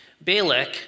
Balak